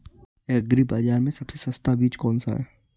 Agree बाज़ार में सबसे सस्ता बीज कौनसा है?